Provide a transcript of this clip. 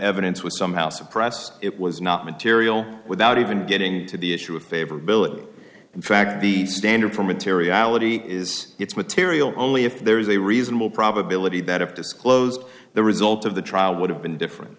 evidence was somehow suppressed it was not material without even getting to the issue of favor billet in fact the standard for materiality is its material only if there is a reasonable probability that if disclosed the result of the trial would have been different